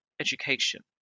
education